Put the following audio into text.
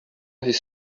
his